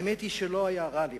האמת היא שלא היה לי רע בעיתון.